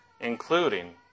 including